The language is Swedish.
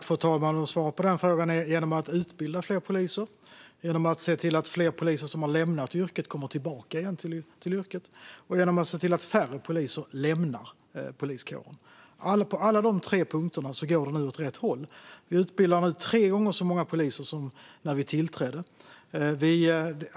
Fru talman! Svaret på den frågan är: genom att utbilda fler poliser, genom att se till att fler poliser som har lämnat yrket kommer tillbaka igen och genom att se till att färre poliser lämnar poliskåren. På alla de tre punkterna går det nu åt rätt håll. Vi utbildar nu tre gånger så många poliser som när vi tillträdde.